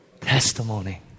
testimony